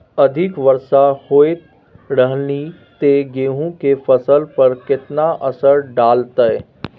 अधिक वर्षा होयत रहलनि ते गेहूँ के फसल पर केतना असर डालतै?